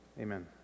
Amen